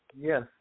Yes